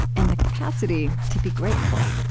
and the capacity to be grateful